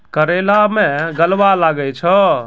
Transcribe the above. करेला मैं गलवा लागे छ?